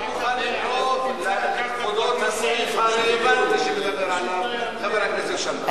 אני מוכן לקרוא לכבודו את הסעיף הרלוונטי שמדבר עליו חבר הכנסת שאמה.